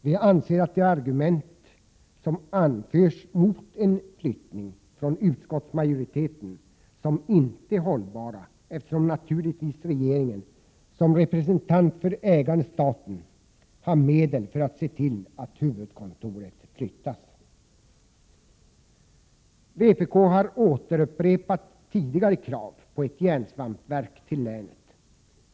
Vi anser att de argument som utskottsmajoriteten anför mot en flyttning inte är hållbara, eftersom regeringen som representant för ägaren-staten naturligtvis har medel för att se till, att huvudkontoret flyttas. Vpk har återupprepat tidigare krav på ett järnsvampsverk till länet.